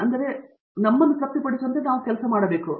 ಮತ್ತು ನಾನೀಗ ನಮ್ಮನ್ನು ತೃಪ್ತಿಪಡಿಸುವಂತೆ ನಾವೇ ಕೇಳಬೇಕು